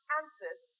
answers